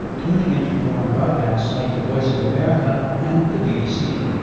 tuning into foreign broadcasts like the voice of america and the bbc